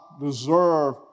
deserve